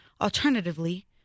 Alternatively